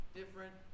different